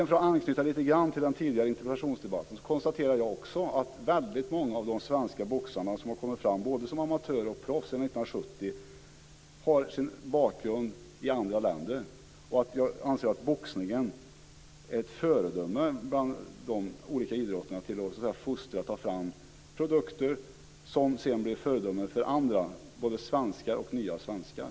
För att anknyta lite grann till den tidigare interpellationsdebatten konstaterar jag också att väldigt många av de svenska boxare som har kommit fram, både som amatörer och som proffs, sedan 1970 har sin bakgrund i andra länder, och jag anser att boxningen är ett föredöme bland de olika idrotterna när det gäller att fostra och ta fram produkter som sedan blir föredömen för andra, både svenskar och nya svenskar.